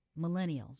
millennials